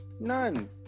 none